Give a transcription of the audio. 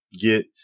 get